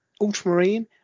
ultramarine